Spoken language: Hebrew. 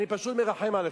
אני פשוט מרחם עליכם.